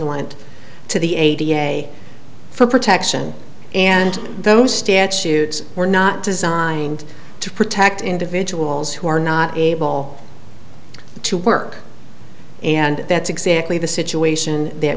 y want to the a d n a for protection and those statutes were not designed to protect individuals who are not able to work and that's exactly the situation that